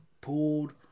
pulled